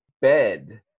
bed